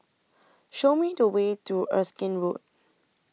Show Me The Way to Erskine Road